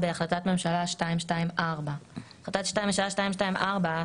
בהחלטת ממשלה 224. החלטת ממשלה 224